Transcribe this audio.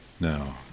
now